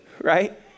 right